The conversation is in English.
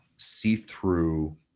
see-through